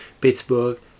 Pittsburgh